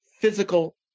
physical